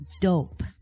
dope